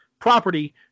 property